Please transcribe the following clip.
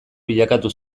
bilakatu